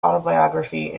autobiography